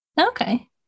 Okay